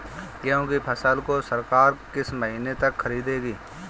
गेहूँ की फसल को सरकार किस महीने तक खरीदेगी?